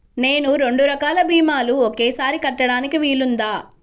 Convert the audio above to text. నేను రెండు రకాల భీమాలు ఒకేసారి కట్టడానికి వీలుందా?